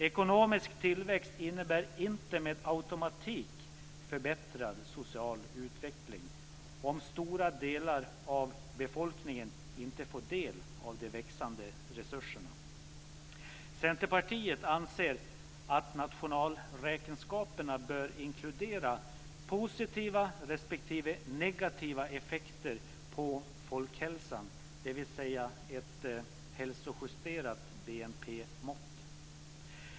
Ekonomisk tillväxt innebär inte med automatik förbättrad social utveckling, om stora delar av befolkningen inte får del av de växande resurserna. Centerpartiet anser att nationalräkenskaperna bör inkludera positiva respektive negativa effekter på folkhälsan, dvs. ett hälsojusterat BNP-mått.